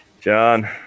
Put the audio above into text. John